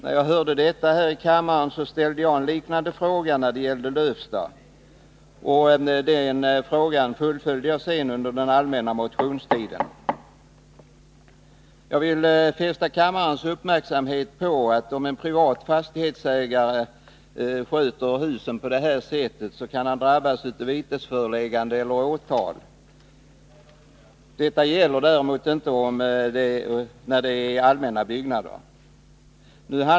När jag hörde detta i kammaren ställde jag en liknande fråga om Lövsta, och under den allmänna motionstiden fullföljde jag ärendet genom att väcka den nu aktuella motionen. Jag vill fästa kammarens uppmärksamhet på att om en privat fastighetsägare sköter sina hus på detta sätt, kan han drabbas av vitesföreläggande eller åtal. Detta gäller däremot inte allmänna byggnader.